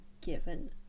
given